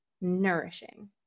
nourishing